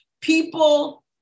people